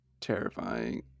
terrifying